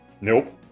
Nope